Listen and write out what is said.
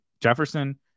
Jefferson